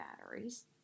batteries